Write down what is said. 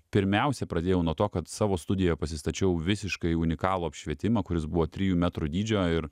pirmiausia pradėjau nuo to kad savo studijoje pasistačiau visiškai unikalų apšvietimą kuris buvo trijų metrų dydžio ir